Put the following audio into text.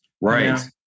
Right